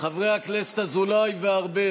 חברי הכנסת אזולאי וארבל,